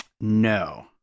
No